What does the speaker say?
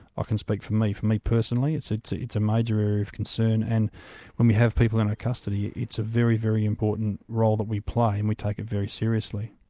ah can speak for me, for me personally, it's it's a major area of concern, and when we have people in custody it's a very, very important role that we play and we take it very seriously.